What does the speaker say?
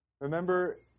Remember